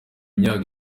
myaka